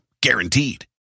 guaranteed